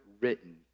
written